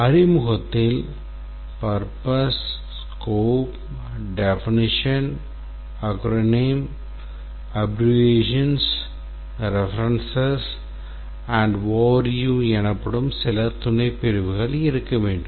அறிமுகத்தில் Purpose Scope Definition Acronym Abbreviations References and Overview எனப்படும் சில துணைப்பிரிவுகள் இருக்க வேண்டும்